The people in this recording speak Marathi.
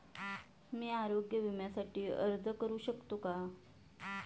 मी आरोग्य विम्यासाठी अर्ज करू शकतो का?